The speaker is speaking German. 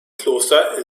kloster